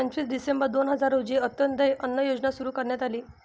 पंचवीस डिसेंबर दोन हजार रोजी अंत्योदय अन्न योजना सुरू करण्यात आली